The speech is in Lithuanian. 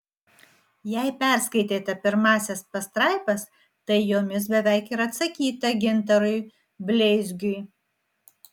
jei perskaitėte pirmąsias pastraipas tai jomis beveik ir atsakyta gintarui bleizgiui